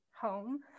home